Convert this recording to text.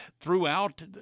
throughout